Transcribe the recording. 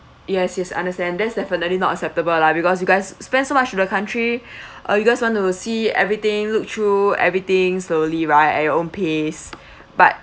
yes yes I understand that's definitely not acceptable lah because you guys spend so much to the country uh you just want to see everything look through everything slowly right at your own pace but